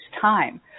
time